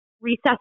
Recess